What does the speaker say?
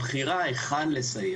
הבחירה היכן לסייר,